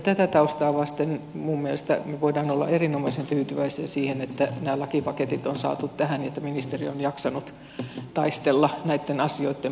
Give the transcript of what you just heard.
tätä taustaa vasten minun mielestäni voidaan olla erinomaisen tyytyväisiä siihen että nämä lakipaketit on saatu tähän että ministeri on jaksanut taistella näitten asioitten puolesta